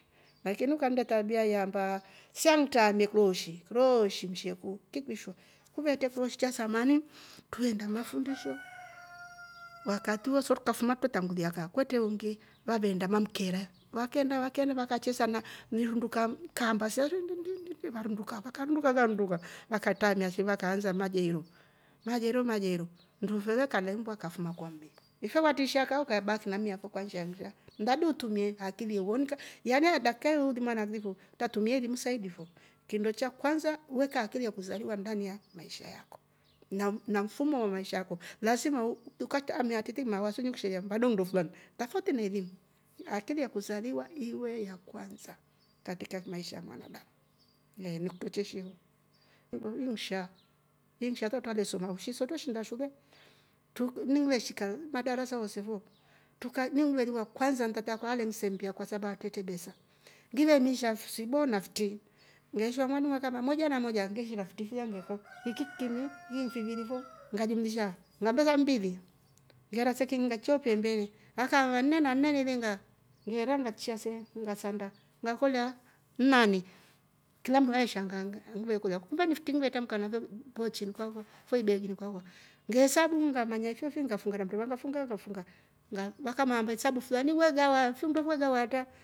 Lakini ukannde tabia ye aamba sia ntramie klooshi, klooshi msheku chekivishwa kuvetre kilooshi chasamani truveenda mafundisho wakati wo so trukafuma twre tangulia kaa kwtre ungi vaveenda mammkera vakeenda vakachesa na nirunduka kaakamba silya rindiindindii ngarunduka. ngarnduka ngarunduka vakatraamia se vaka ansa majero, majero majero mndu mfele kalembwa kafuma kwa mmi, ife watriishia kaa ukaebaki nammi afo kwanshia nsha mradi utrumie akili ye wonika yani dakikayi uli mwana aklifu utratumie elimu saidi fo, kinndo cha kwansa wekaa akili ya kuzaliwa ndani ya maisha yako na mfumo wa maisha yako le lasima u- mawaso ne kushelia badonndo flani tafauti na elimu, akili yakuzaliwa iwe yakwanza katika maisha ah mwana damu, eeh nikutro chesiva m- m- m nsha ninsha hata utamesoma oh sisho twre shiinda shule ini ngiileshi kala madara ose fo trukan iningiveli wa kwansa ni tata akwa alensendia kwa sababu atretre besa, ngivemisha fisibo na fitri ngeeshwa mwalimu akaamba moja na moja, ngeshiira fitri filya hiki ni kimu hivi fi vili fo ngajumlisha ngambesa mbili ngera se kiingi ngaichya oh pembeni akaamba nne na nne nilinga ngeera ngachiya se ngasanda ngakolya nnane, kilamndu nae shangaa ngilekolya ku kumbe ni fitri ngile trambuka nafyo poochini kwakwa fo ibeegini kwakwa ngeesabu ngamanya fyofi ngafunga na mreva, ngafunga ngafunga nga wakamaa mahesabu fulani we gawa finndo fyo we gawa atra